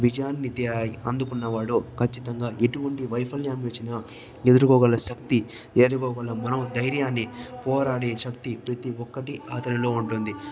విజయాన్ని అందుకున్నవాడు ఖచ్చితంగా ఎటువంటి వైఫల్యం వచ్చిన ఎదుర్కోగల శక్తి ఎదుర్కోగల మనోధైర్యాన్ని పోరాడే శక్తి ప్రతి ఒక్కటి అతనిలో ఉంటుంది